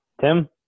Tim